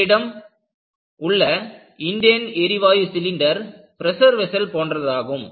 உங்களிடம் உள்ள இன்டேன் எரிவாயு சிலிண்டர் பிரஷர் வெஸ்ஸல் போன்றதாகும்